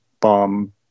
bomb